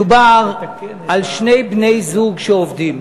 מדובר על שני בני-זוג שעובדים.